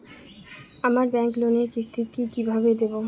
আমার ব্যাংক লোনের কিস্তি কি কিভাবে দেবো?